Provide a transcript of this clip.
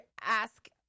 ask